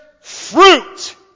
fruit